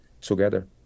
together